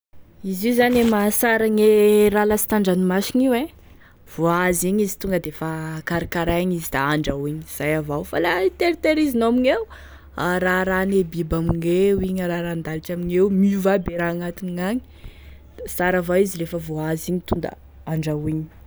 Izy io zany e zany e mahasara gne raha lasta andranomasigny e, vo azo igny izy tonga defa karakaraigny izy da handrahoagny izay avao fa la io tehiterizinao amigneo da araharahane bien amigneo igny, araharahan-dalitry amigneo, miova aby e raha agn'atiny agny, da sara avao izy lefa vo azo igny to da handrahoagny.